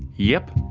yep,